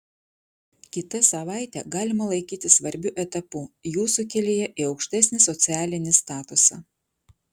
kitą savaitę galima laikyti svarbiu etapu jūsų kelyje į aukštesnį socialinį statusą